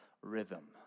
rhythm